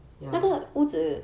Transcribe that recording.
ya